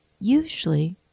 Usually